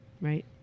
Right